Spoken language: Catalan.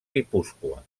guipúscoa